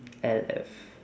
L F